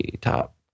Top